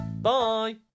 Bye